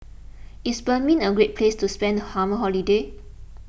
is Benin a great place to spend the summer holiday